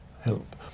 help